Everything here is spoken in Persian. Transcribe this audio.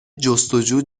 جستجو